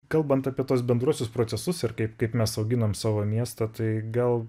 kalbant apie tuos bendruosius procesus ir kaip kaip mes auginam savo miestą tai gal